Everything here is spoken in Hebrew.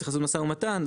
צריך לעשות משא ומתן.